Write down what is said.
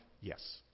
Yes